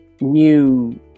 new